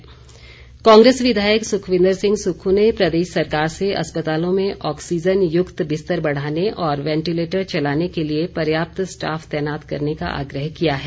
सुक्ख कांग्रेस विधायक सुखविंदर सिंह सुक्खू ने प्रदेश सरकार से अस्पतालों में ऑक्सीजन युक्त बिस्तर बढ़ाने और वेंटीलेटर चलाने के लिए पर्याप्त स्टाफ तैनात करने का आग्रह किया है